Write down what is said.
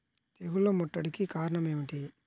తెగుళ్ల ముట్టడికి కారణం ఏమిటి?